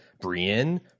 Brienne